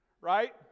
right